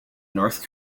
north